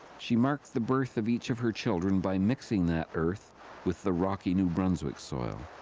she marked the birth of each of her children by mixing that earth with the rocky new brunswick soil.